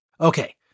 Okay